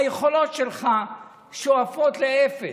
היכולות שלך שואפות לאפס.